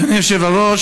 אדוני היושב-ראש,